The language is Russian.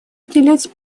уделять